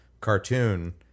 cartoon